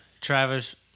Travis